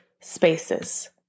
spaces